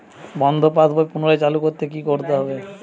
বন্ধ পাশ বই পুনরায় চালু করতে কি করতে হবে?